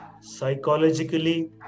psychologically